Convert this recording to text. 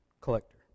collector